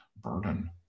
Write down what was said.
burden